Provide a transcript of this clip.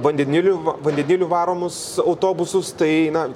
vandeniliu vandeniliu varomus autobusus tai na